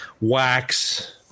wax